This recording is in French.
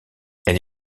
elle